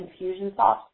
Infusionsoft